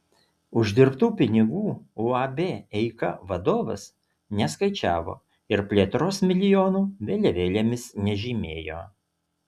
uždirbtų pinigų uab eika vadovas neskaičiavo ir plėtros milijonų vėliavėlėmis nežymėjo